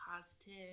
positive